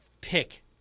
pick